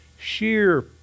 Sheer